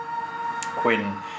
Quinn